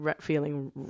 feeling